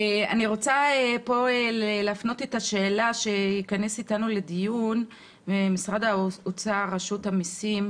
אני רוצה להפנות שאלה למשרד האוצר רשות המיסים.